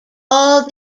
all